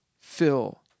fill